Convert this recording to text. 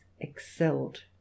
excelled